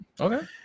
Okay